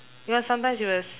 because sometimes you will s~